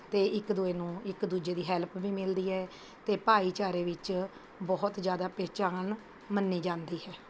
ਅਤੇ ਇੱਕ ਦੂਏ ਨੂੰ ਇੱਕ ਦੂਜੇ ਦੀ ਹੈਲਪ ਵੀ ਮਿਲਦੀ ਹੈ ਅਤੇ ਭਾਈਚਾਰੇ ਵਿੱਚ ਬਹੁਤ ਜਿਆਦਾ ਪੇਚਾਂ ਹਨ ਮੰਨੀ ਜਾਂਦੀ ਹੈ